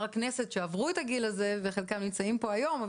הכנסת שכבר עברו את הגיל הזה וחלקם נמצאים פה היום,